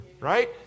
right